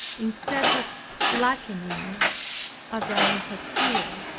instead of blackening it as i had feared.